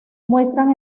muestran